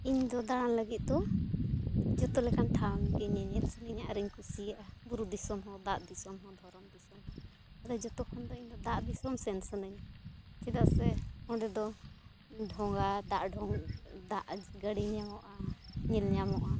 ᱤᱧᱫᱚ ᱫᱟᱬᱟᱱ ᱞᱟᱹᱜᱤᱫ ᱫᱚ ᱡᱚᱛᱚ ᱞᱮᱠᱟᱱ ᱴᱷᱟᱶᱜᱮ ᱧᱮᱧᱮᱞ ᱥᱟᱱᱟᱹᱧᱟ ᱟᱨᱤᱧ ᱠᱩᱥᱤᱭᱟᱜᱼᱟ ᱵᱩᱨᱩ ᱫᱤᱥᱚᱢ ᱦᱚᱸ ᱫᱟᱜ ᱫᱤᱥᱚᱢ ᱦᱚᱸ ᱫᱷᱚᱨᱚᱢ ᱫᱤᱥᱚᱢ ᱦᱚᱸ ᱟᱫᱚ ᱡᱚᱛᱚ ᱠᱷᱚᱱ ᱫᱚ ᱤᱧᱫᱚ ᱫᱟᱜ ᱫᱤᱥᱚᱢ ᱥᱮᱱ ᱥᱟᱱᱟᱹᱧᱟ ᱪᱮᱫᱟᱜ ᱥᱮ ᱚᱸᱰᱮ ᱫᱚ ᱰᱷᱚᱸᱜᱟ ᱫᱟᱜ ᱰᱷᱚᱸ ᱫᱟᱜ ᱜᱟᱹᱲᱤ ᱧᱟᱢᱚᱜᱼᱟ ᱧᱮᱞ ᱧᱟᱢᱚᱜᱼᱟ